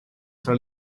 fra